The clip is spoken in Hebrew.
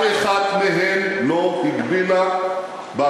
אין שם ראש ממשלה שמסית נגד,